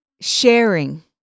sharing